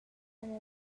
han